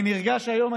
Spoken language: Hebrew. אני נרגש היום,